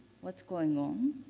what's going on?